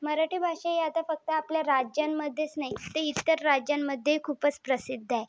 मराठी भाषा ही आता फक्त आपल्या राज्यांमध्येच नाही तर इतर राज्यांमध्येही खूपच प्रसिद्ध आहे